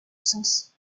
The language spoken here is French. sens